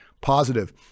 positive